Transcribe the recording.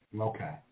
Okay